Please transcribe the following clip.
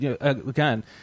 again